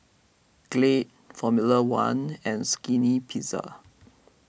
Glade formula one and Skinny Pizza